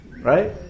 right